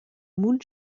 moules